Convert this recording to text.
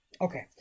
Okay